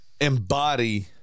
embody